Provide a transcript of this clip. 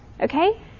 okay